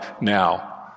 now